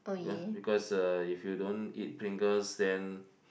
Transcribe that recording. ya because uh if you don't eat Pringles then